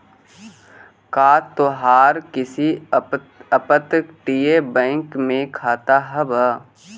का तोहार किसी अपतटीय बैंक में खाता हाव